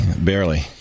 Barely